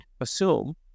assume